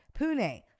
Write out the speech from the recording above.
Pune